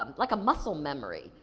um like, a muscle memory.